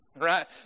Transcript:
right